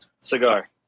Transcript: Cigar